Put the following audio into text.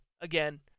again